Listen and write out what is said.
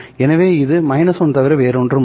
எனவே இது 1 தவிர வேறு ஒன்றும் இல்லை